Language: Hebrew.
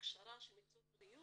הכשרת מקצועות הבריאות,